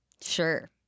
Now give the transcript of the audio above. sure